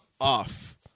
off